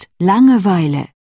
Langeweile